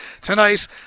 tonight